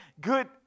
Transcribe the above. good